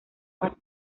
más